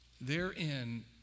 therein